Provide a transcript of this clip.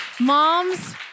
moms